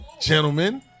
gentlemen